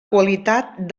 qualitat